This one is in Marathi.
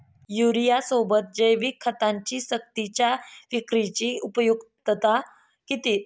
युरियासोबत जैविक खतांची सक्तीच्या विक्रीची उपयुक्तता किती?